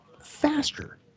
faster